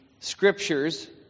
scriptures